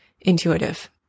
intuitive